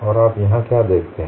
और आप यहाँ क्या देखते हैं